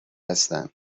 هستن